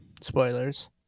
Spoilers